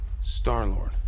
Star-Lord